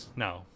No